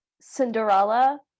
Cinderella